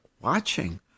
watching